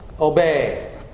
obey